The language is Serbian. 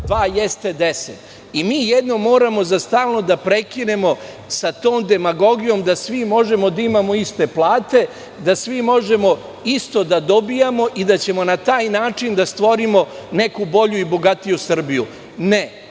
dva jeste 10.Jednom za stalno moramo da prekinemo sa tom demagogijom da svi možemo da imamo iste plate, da svi možemo isto da dobijamo i da ćemo na taj način da stvorimo neku bolju i bogatiju Srbiju. Ne,